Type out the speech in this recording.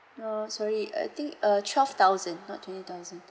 no sorry I think err twelve thousand not twenty thousand